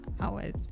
hours